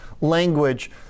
language